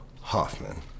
Hoffman